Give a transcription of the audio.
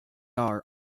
are